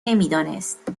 نمیدانست